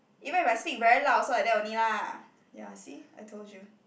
even if I speak very loud also like that only lah ya see I told you